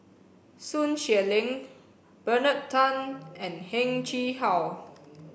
Sun Xueling Bernard Tan and Heng Chee How